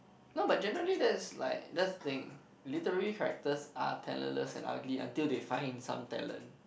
no but generally that's like that's thing literally characters are talent less and ugly until they find some talent